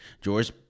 George